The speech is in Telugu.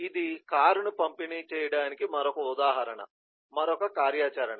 ఇది కారును పంపిణీ చేయడానికి మరొక ఉదాహరణ మరొక కార్యాచరణ